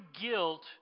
guilt